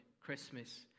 Christmas